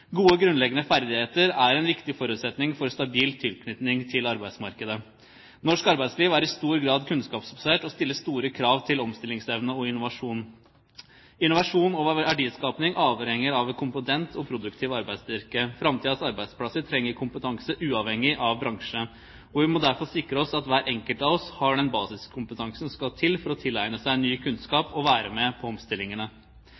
Gode grunnleggende ferdigheter er en viktig forutsetning for stabil tilknytning til arbeidsmarkedet. Norsk arbeidsliv er i stor grad kunnskapsbasert og stiller store krav til omstillingsevne og innovasjon. Innovasjon og verdiskaping avhenger av en kompetent og produktiv arbeidsstyrke. Framtidens arbeidsplasser trenger kompetanse uavhengig av bransje. Vi må derfor sikre oss at hver enkelt har den basiskompetansen som skal til for å tilegne seg ny